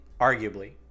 arguably